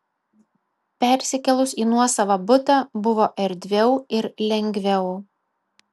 persikėlus į nuosavą butą buvo erdviau ir lengviau